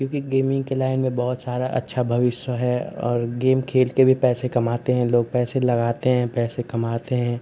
क्योंकि गेमिन्ग के लाइन में बहुत सारा अच्छा भविष्य है और गेम खेलकर भी पैसे कमाते हैं लोग पैसे लगाते हैं पैसे कमाते हैं